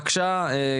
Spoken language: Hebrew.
בבקשה,